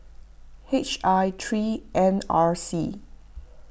H I three N R C